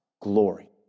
glory